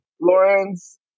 Lawrence